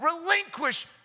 relinquish